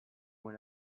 when